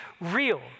real